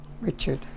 Richard